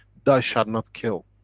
thou shalt not kill.